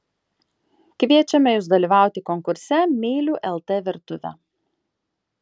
kviečiame jus dalyvauti konkurse myliu lt virtuvę